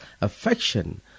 affection